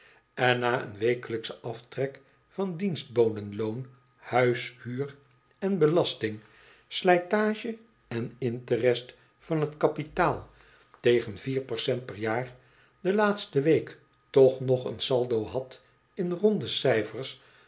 na een wekelijkschen aftrek van dionstbodenloon huishuur en belasting slijtage en interest van t kapitaal tegen vier percent per jaar do laatste week toch nog een saldo had in